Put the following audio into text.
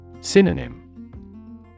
Synonym